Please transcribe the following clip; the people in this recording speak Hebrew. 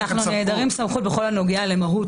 אנחנו נעדרים סמכות בכל הנוגע למהות